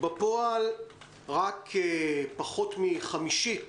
בפועל רק פחות מחמישית